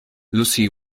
lucy